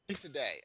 today